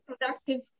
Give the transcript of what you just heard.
productive